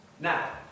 Now